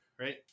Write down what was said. right